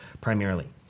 primarily